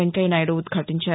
వెంకయ్యనాయుడు ఉద్యాటించారు